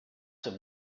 him